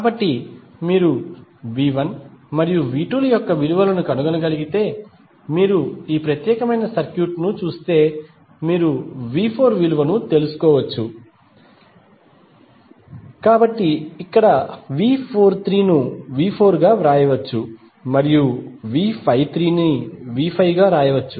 కాబట్టి మీరు V1 మరియు V2 యొక్క విలువను కనుగొనగలిగితే మీరు ఈ ప్రత్యేకమైన సర్క్యూట్ను చూస్తే మీరు V4 విలువను తెలుసుకోవచ్చు కాబట్టి ఇక్కడ V43 ను V4 గా వ్రాయవచ్చు మరియు V53ను V5 గా వ్రాయవచ్చు